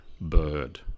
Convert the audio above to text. bird